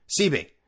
CB